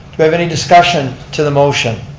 we have any discussion to the motion?